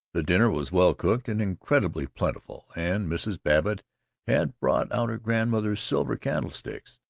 the dinner was well cooked and incredibly plentiful, and mrs. babbitt had brought out her grandmother's silver candlesticks.